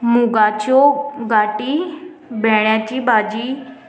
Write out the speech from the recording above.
मुगाच्यो घाटी भेंड्याची भाजी